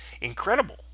incredible